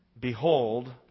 Behold